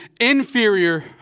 inferior